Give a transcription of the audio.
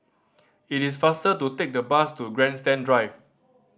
it is faster to take the bus to Grandstand Drive